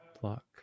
Block